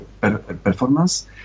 performance